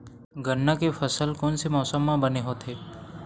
गन्ना के फसल कोन से मौसम म बने होथे?